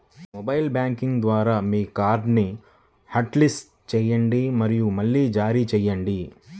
mobile banking ద్వారా మీ కార్డ్ని హాట్లిస్ట్ చేయండి మరియు మళ్లీ జారీ చేయండి